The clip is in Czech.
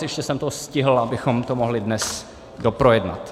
Ještě jsem to stihl, abychom to mohli dnes doprojednat.